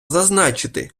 зазначити